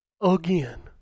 Again